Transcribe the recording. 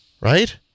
Right